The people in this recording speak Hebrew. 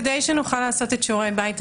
כדי שנוכל לעשות את שיעורי הבית,